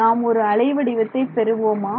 நாம் ஒரு அலை வடிவத்தை பெறுவோமா